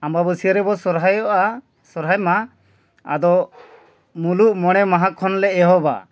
ᱟᱢᱵᱟ ᱵᱟᱹᱥᱭᱟᱹ ᱨᱮᱵᱚ ᱥᱚᱦᱚᱨᱟᱭᱚᱜᱼᱟ ᱥᱚᱦᱚᱨᱟᱭ ᱢᱟ ᱟᱫᱚ ᱢᱩᱞᱩᱜ ᱢᱚᱬᱮ ᱢᱟᱦᱟ ᱠᱷᱚᱱᱞᱮ ᱮᱦᱚᱵᱟ